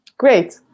Great